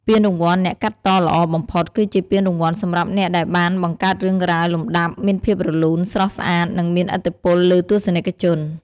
ពានរង្វាន់អ្នកកាត់តល្អបំផុត គឺជាពានរង្វាន់សម្រាប់អ្នកដែលបានបង្កើតរឿងរ៉ាវ លំដាប់ មានភាពរលូន ស្រស់ស្អាត និងមានឥទ្ធិពលលើទស្សនិកជន។